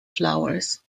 flowers